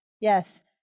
Yes